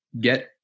get